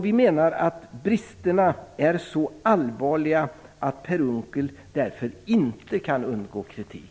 Vi menar att bristerna är så allvarliga att Per Unckel därför inte kan undgå kritik.